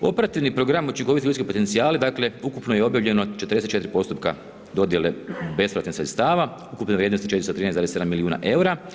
U operativni program učinkoviti ljudski potencijali, dakle, ukupno je obavljeno 44 postupka dodjele besplatnih sredstava ukupne vrijednosti 413,7 milijardu eura.